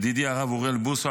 ידידי הרב אוריאל בוסו,